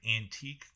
Antique